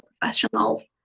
professionals